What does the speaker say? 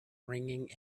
ringing